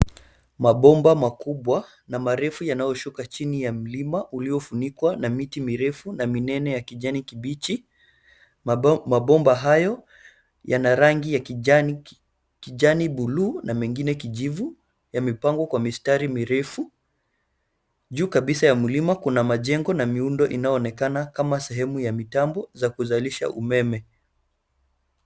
Mabomba makubwa na marefu yanayoshuka chini ya mlima uliofunikwa na miti mirefu na minene ya kijani kibichi. Mabomba hayo yana rangi ya kijani buluu na mengine kijivu. Yamepangwa kwa mistari mirefu, juu kabisa ya mlima kuna majengo na miundo inaonekana kama sehemu ya mitambo za kuzalisha umeme.